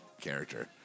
character